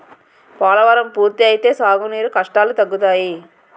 పోలవరం పూర్తి అయితే సాగు నీరు కష్టాలు తగ్గుతాయి